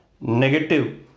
negative